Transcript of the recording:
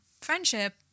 friendship